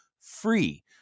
free